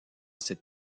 cette